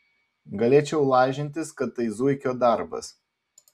galėčiau lažintis kad tai zuikio darbas